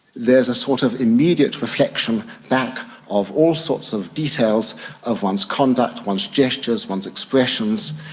there's a sort of immediate reflection back of all sorts of details of one's conduct, one's gestures, one's expressions.